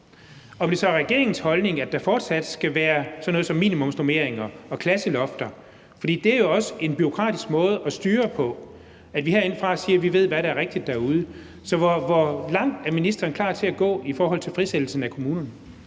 om det så er regeringens holdning, at der fortsat skal være sådan noget som minimumsnormeringer og klasselofter. For det er jo også en bureaukratisk måde at styre på, at vi herindefra siger, at vi ved, hvad der er rigtigt derude. Så hvor langt er ministeren klar til at gå i forhold til frisættelse af kommunerne?